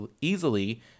easily